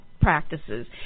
practices